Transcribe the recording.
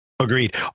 Agreed